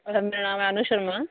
में अनु शर्मा